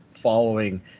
following